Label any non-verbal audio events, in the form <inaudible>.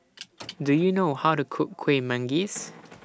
<noise> Do YOU know How to Cook Kuih Manggis <noise>